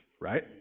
right